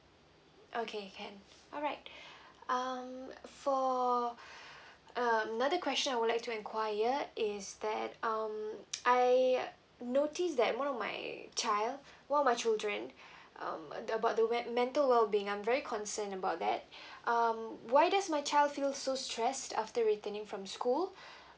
okay can alright um for um another question I would like to enquire is that um I notice that one of my child one of my children um uh the about the we~ mental wellbeing I'm very concerned about that um why does my child feel so stressed after returning from school